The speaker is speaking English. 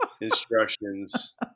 instructions